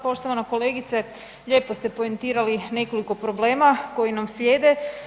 Poštovana kolegice, lijepo ste poentirali nekoliko problema koji nam slijede.